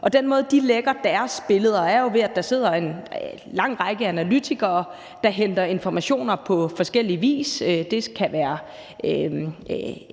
Og den måde, de lægger deres billeder på, er jo, ved at der sidder en lang række analytikere, der henter informationer på forskellig vis. Det kan være